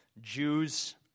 Jews